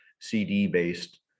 CD-based